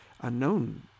unknown